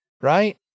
right